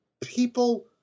people